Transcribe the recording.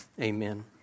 amen